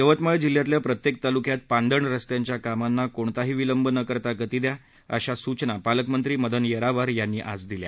यवतमाळ जिल्ह्यातल्या प्रत्येक तालुक्यात पादंण स्स्त्यांच्या कामांना कोणताही विलंब न करता गती द्या अशा सूचना पालकमंत्री मदन येरावार यांनी आज दिल्या